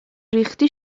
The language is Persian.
ریختی